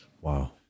Wow